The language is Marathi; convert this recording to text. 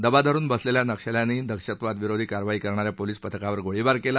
दबा धरुन बसलेल्या नक्षल्यांनी दहशतविरोधी कारवाई करणाऱ्या पोलीस पथकावर गोळीबार केला